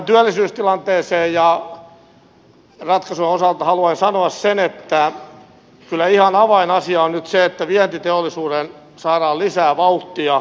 tämän työllisyystilanteen ja ratkaisun osalta haluan sanoa sen että kyllä ihan avainasia on nyt se että vientiteollisuuteen saadaan lisää vauhtia